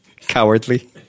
cowardly